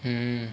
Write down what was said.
mm